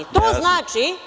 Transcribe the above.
To znači…